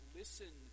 listen